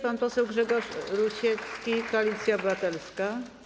Pan poseł Grzegorz Rusiecki, Koalicja Obywatelska.